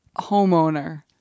homeowner